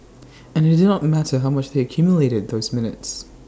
and IT did not matter how much they accumulated those minutes